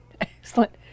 Excellent